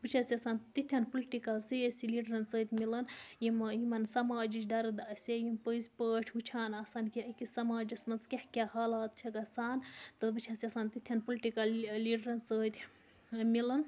بہٕ چھَس یَژھان تِتھٮ۪ن پُلٹِکَل سِیٲسی لیٖڈرَن سۭتۍ مِلُن یِمہٕ یِمَن سَماجِچ دَرٕد آسہِ ہے یِم پٔزۍ پٲٹھۍ وٕچھان آسَن کہِ أکِس سَماجَس منٛز کیٛاہ کیٛاہ حالات چھےٚ گَژھان تہٕ بہٕ چھَس یَژھان تِتھٮ۪ن پُلٹِکَل لیٖڈرَن سۭتۍ مِلُن